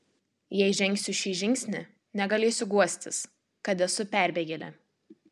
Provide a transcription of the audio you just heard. jei žengsiu šį žingsnį negalėsiu guostis kad esu perbėgėlė